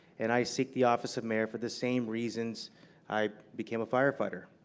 and i seek the office of mayor for the same reasons i became a firefighter,